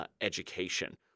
education